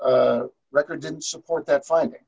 record didn't support that fin